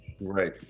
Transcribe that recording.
right